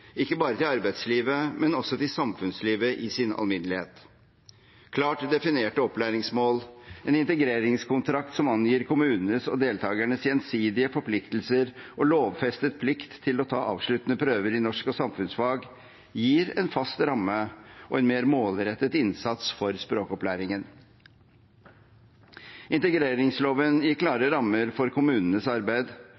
ikke bare til arbeidslivet, men også til samfunnslivet i sin alminnelighet. Klart definerte opplæringsmål, en integreringskontrakt som angir kommunenes og deltakernes gjensidige forpliktelser og lovfestet plikt til å ta avsluttende prøver i norsk og samfunnsfag gir en fast ramme og en mer målrettet innsats for språkopplæringen. Integreringsloven gir